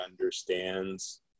understands